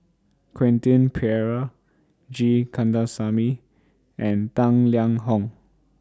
Quentin Pereira G Kandasamy and Tang Liang Hong